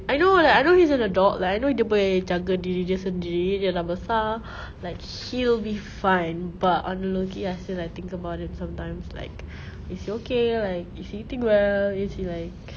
I know like I know he's an adult like I know dia boleh jaga diri dia sendiri dia dah besar like he'll be fine but on the low-key I still like think about him sometimes like is he okay like is he eating well is he like